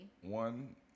One